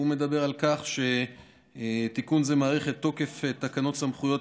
הוא מדבר על כך שתיקון זה מאריך את תוקף תקנות סמכויות